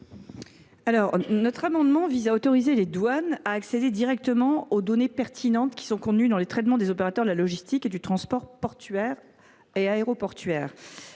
Cet amendement vise à autoriser les douanes à accéder directement aux données pertinentes contenues dans les traitements des opérateurs de la logistique et du transport portuaire et aéroportuaire.